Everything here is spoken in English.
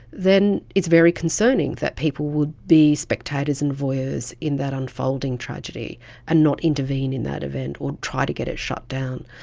then it's very concerning that people would be spectators and voyeurs in that unfolding tragedy and not intervene in that event or try to get it shut down.